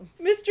Mr